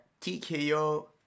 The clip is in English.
TKO